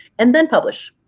and then, publish.